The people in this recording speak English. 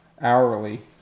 hourly